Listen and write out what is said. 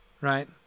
Right